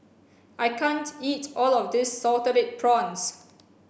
I can't eat all of this salted prawns